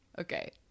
okay